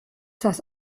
das